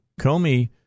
Comey